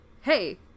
hey